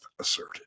asserted